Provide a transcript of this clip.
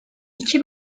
i̇ki